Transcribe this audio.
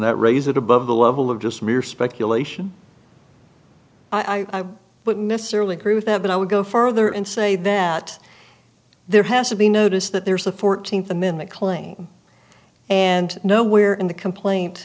that raise it above the level of just mere speculation i wouldn't necessarily prove that but i would go further and say that there has to be notice that there's a fourteenth amendment claim and nowhere in the complaint